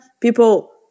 people